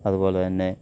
അത്പോലെ തന്നെ